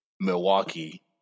Milwaukee